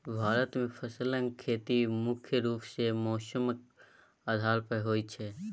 भारत मे फसलक खेती मुख्य रूप सँ मौसमक आधार पर होइ छै